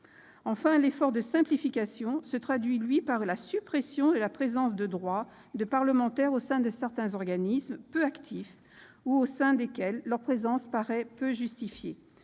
Enfin, l'effort de simplification se traduit par la suppression de la présence de droit de parlementaires au sein de certains organismes peu actifs ou au sein desquels leur présence paraît peu justifiée.